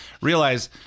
realize